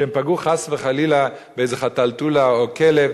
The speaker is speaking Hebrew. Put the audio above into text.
שהם פגעו חס וחלילה באיזה חתלתול או כלב,